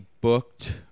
booked